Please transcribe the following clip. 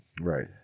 Right